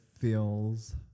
feels